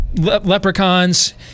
leprechauns